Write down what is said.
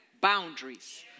boundaries